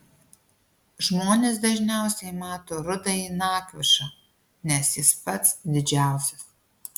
žmonės dažniausiai mato rudąjį nakvišą nes jis pats didžiausias